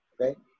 Okay